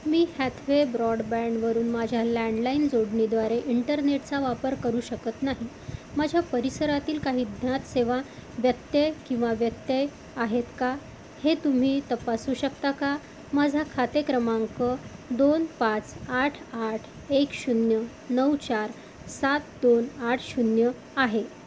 मी Hathway ब्रॉडबँडवरून माझ्या landline जोडणीद्वारे इंटरनेटचा वापर करू शकत नाही माझ्या परिसरातील काही ज्ञात सेवा व्यत्यय किंवा व्यत्यय आहेत का हे तुम्ही तपासू शकता का माझा खाते क्रमांक दोन पाच आठ आठ एक शून्य नऊ चार सात दोन आठ शून्य आहे